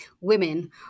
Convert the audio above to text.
women